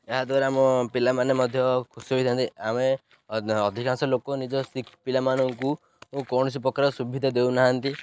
ଏହାଦ୍ୱାରା ଆମ ପିଲାମାନେ ମଧ୍ୟ ଖୁସି ହୋଇଥାନ୍ତି ଆମେ ଅଧିକାଂଶ ଲୋକ ନିଜ ପିଲାମାନଙ୍କୁ କୌଣସି ପ୍ରକାର ସୁବିଧା ଦେଉନାହାନ୍ତି